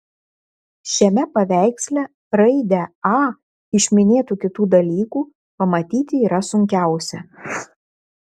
šiame paveiksle raidę a iš minėtų kitų dalykų pamatyti yra sunkiausia